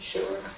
Sure